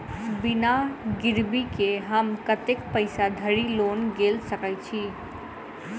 बिना गिरबी केँ हम कतेक पैसा धरि लोन गेल सकैत छी?